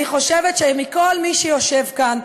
אני חושבת שמכל מי שיושב כאן,